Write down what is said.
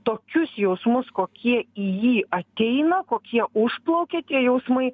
tokius jausmus kokie į jį ateina kokie užplaukia tie jausmai